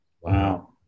wow